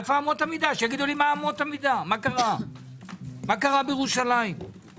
מה קרה בירושלים?